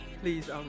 please